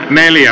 asia